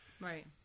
right